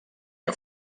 que